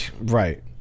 right